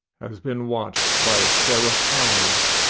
has been watched by seraph eyes.